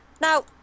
now